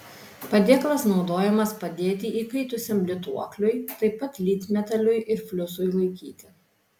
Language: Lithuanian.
padėklas naudojamas padėti įkaitusiam lituokliui taip pat lydmetaliui ir fliusui laikyti